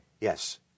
Yes